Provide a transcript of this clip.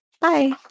Bye